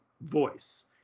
voice